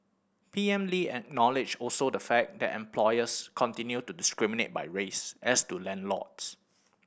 P M Lee acknowledged also the fact that employers continue to discriminate by race as do landlords